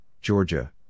Georgia